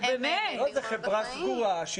זו חברה סגורה.